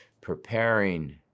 preparing